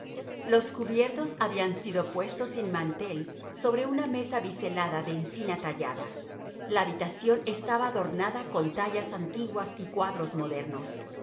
los cubiertos habían sido puestos sin mantel sobre una mesa biselada de encina tallada la habitación estaba adornada con tallas antiguas y cuadros modernos